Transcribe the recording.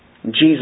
Jesus